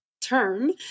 term